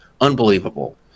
unbelievable